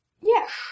Yes